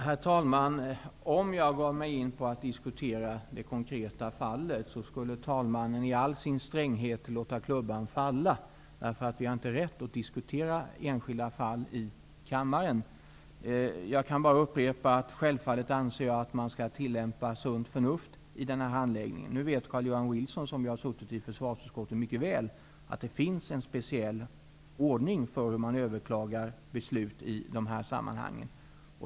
Herr talman! Om jag gav mig in på att diskutera det konkreta fallet, skulle talmannen i all sin stränghet låta klubban falla. Vi har inte rätt att diskutera enskilda fall i kammaren. Jag kan bara upprepa att jag självfallet anser att man skall tillämpa sunt förnuft i denna handläggning. Carl-Johan Wilson, som har suttit i försvarsutskottet, vet mycket väl att det finns en speciell ordning för hur man överklagar beslut i de här sammanhangen.